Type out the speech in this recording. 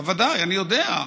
בוודאי, אני יודע.